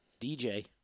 DJ